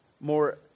more